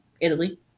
Italy